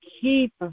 keep